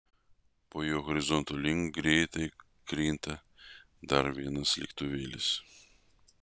po juo horizonto link greitai krinta dar vienas lėktuvėlis